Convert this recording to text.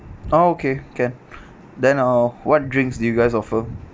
ah okay can then uh what drinks do you guys offer